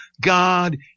God